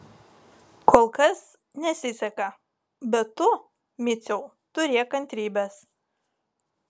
kol kas nesiseka bet tu miciau turėk kantrybės